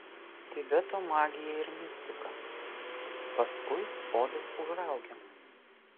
tibeto magija ir mistika paskui odos užraugiamos